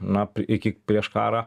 na iki prieš karą